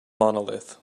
monolith